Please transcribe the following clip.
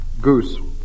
Goose